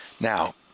Now